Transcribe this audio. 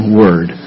word